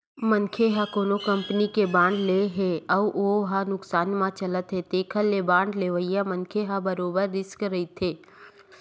मनखे ह कोनो कंपनी के बांड ले हे अउ हो ह नुकसानी म चलत हे तेखर ले बांड लेवइया मनखे ह बरोबर रिस्क रहिथे